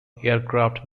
aircraft